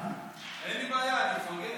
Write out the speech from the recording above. אין לי בעיה, רק לפרגן.